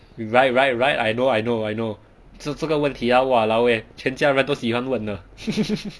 right right right I know I know I know 这这个问题 ah !walao! eh 全家人都喜欢问的